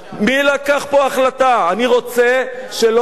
זו החלטה, מי לקח פה החלטה?